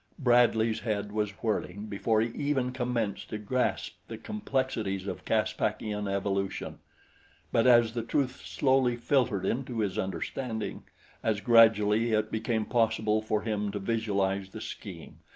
bradley's head was whirling before he even commenced to grasp the complexities of caspakian evolution but as the truth slowly filtered into his understanding as gradually it became possible for him to visualize the scheme,